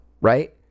right